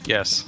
Yes